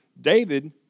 David